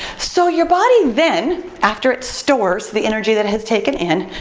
so your body then, after it stores the energy that it has taken in,